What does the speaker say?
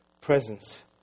presence